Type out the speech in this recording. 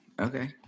Okay